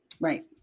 Right